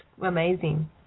amazing